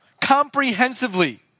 comprehensively